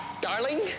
Darling